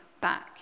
back